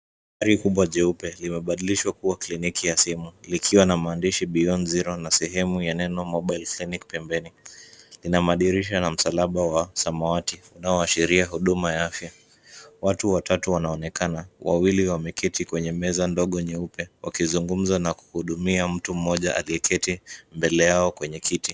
Gari kubwa jeupe, limebadilishwa kuwa kliniki ya simu, likiwa na maandishi beyond zero na sehemu ya neno mobile clinic . Pembeni lina madirisha na msalaba wa samawati unao asheria huduma ya afya. Watu watatu wanaonekana, wawili wameketi kwenye meza ndogo nyeupe wakizungumza na kuhudumia mtu mmoja aliyeketi mbele yao kwenye kiti.